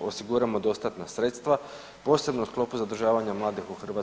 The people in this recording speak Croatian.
osiguramo dostatna sredstva posebno u sklopu zadržavanja mladih u Hrvatskoj.